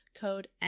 code